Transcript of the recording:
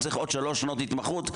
צריך עוד שלוש שנות התמחות.